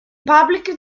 publicly